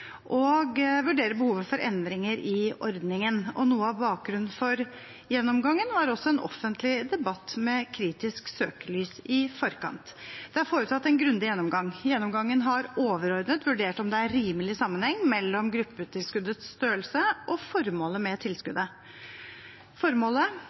og vurdere behovet for endringer i ordningen. Noe av bakgrunnen for gjennomgangen var også en offentlig debatt med kritisk søkelys i forkant. Det er foretatt en grundig gjennomgang. Gjennomgangen har overordnet vurdert om det er en rimelig sammenheng mellom gruppetilskuddets størrelse og formålet med